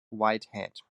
whitehead